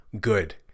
good